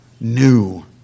new